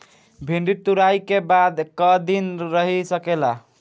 भिन्डी तुड़ायी के बाद क दिन रही सकेला?